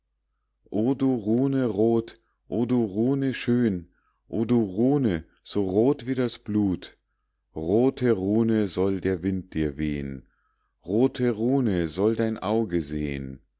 o du rune rot o du rune schön o du rune so rot wie das blut rote rune soll der wind dir wehn rote rune soll dein auge sehn